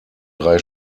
drei